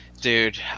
Dude